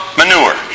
manure